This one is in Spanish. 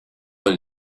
del